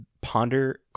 ponder